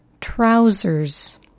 trousers